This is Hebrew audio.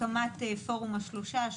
הקמת פורום השלושה,